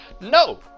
No